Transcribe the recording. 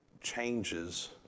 changes